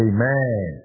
Amen